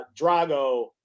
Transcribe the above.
Drago